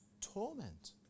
torment